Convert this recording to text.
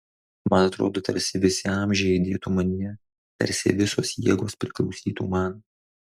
man atrodo tarsi visi amžiai aidėtų manyje tarsi visos jėgos priklausytų man